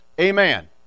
Amen